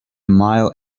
mile